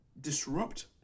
disrupt